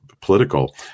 political